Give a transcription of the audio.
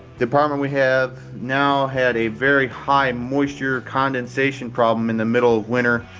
the apartment we have now had a very high moisture condensation problem in the middle of winter.